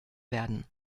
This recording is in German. werden